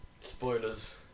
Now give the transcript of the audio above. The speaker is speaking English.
spoilers